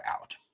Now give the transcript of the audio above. out